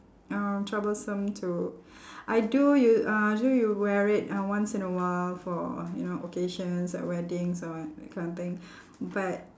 um troublesome to I do u~ uh usually you wear it uh once in a while for you know occasions like weddings or that kind of thing but